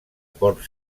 port